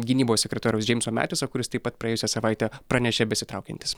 gynybos sekretoriaus džeimso metiso kuris taip pat praėjusią savaitę pranešė besitraukiantis